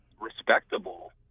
respectable